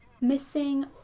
Missing